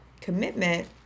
commitment